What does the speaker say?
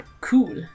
Cool